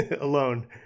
alone